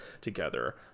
together